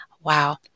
Wow